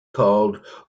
called